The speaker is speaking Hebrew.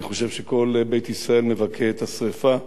אני חושב שכל בית ישראל מבכה את השרפה.